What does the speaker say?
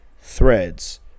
threads